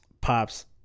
pops